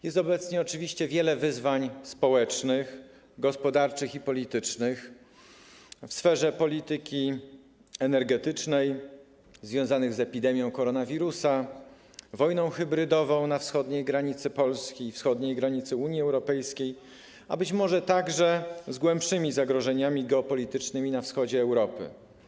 Jest obecnie oczywiście wiele wyzwań społecznych, gospodarczych i politycznych, w sferze polityki energetycznej, związanych z epidemią koronawirusa, wojną hybrydową na wschodniej granicy Polski, wschodniej granicy Unii Europejskiej, a być może także z głębszymi zagrożeniami geopolitycznymi na wschodzie Europy.